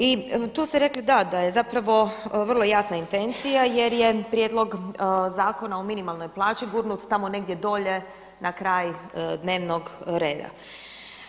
I, tu ste rekli da, da je zapravo vrlo jasna intencija jer je prijedlog Zakona o minimalnoj plaći gurnut tamo negdje dolje na kraj dnevnog reda.